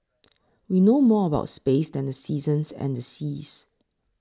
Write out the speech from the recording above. we know more about space than the seasons and the seas